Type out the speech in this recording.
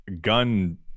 gun